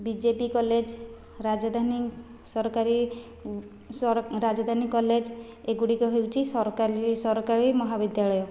BJP college Rajdhani ସରକାରୀ Rajdhani college ଏଗୁଡ଼ିକ ହେଉଛି ସରକାରୀ ମହାବିଦ୍ୟାଳୟ